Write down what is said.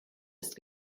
ist